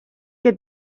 que